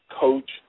Coach